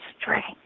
strength